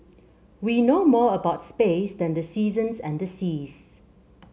we know more about space than the seasons and the seas